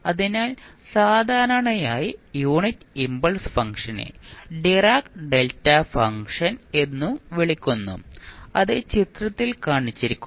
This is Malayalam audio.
അതിനാൽ സാധാരണയായി യൂണിറ്റ് ഇംപൾസ് ഫംഗ്ഷനെ ഡിറാക് ഡെൽറ്റ ഫംഗ്ഷൻ എന്നും വിളിക്കുന്നു അത് ചിത്രത്തിൽ കാണിച്ചിരിക്കുന്നു